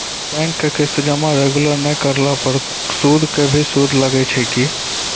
Bank के किस्त जमा रेगुलर नै करला पर सुद के भी सुद लागै छै कि?